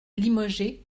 limogé